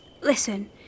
listen